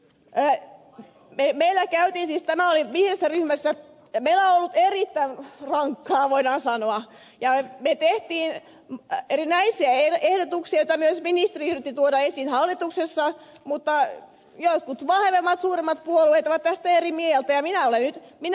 meillä on ollut erittäin rankkaa voidaan sanoa ja me teimme erinäisiä ehdotuksia joita myös ministeri yritti tuoda esiin hallituksessa mutta jotkut vahvemmat suuremmat puolueet ovat tästä eri mieltä